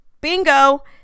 bingo